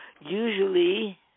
Usually